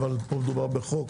פה מדובר בחוק